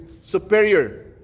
superior